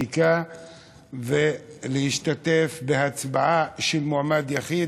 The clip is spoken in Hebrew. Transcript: החקיקה להשתתף בהצבעה על מועמד יחיד.